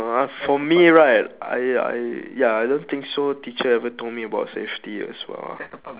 uh for me right I I ya I don't think so teacher ever told me about safety as well